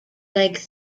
leg